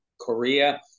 Korea